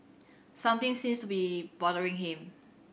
something seems to be bothering him